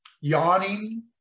yawning